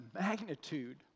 magnitude